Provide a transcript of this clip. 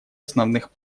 основных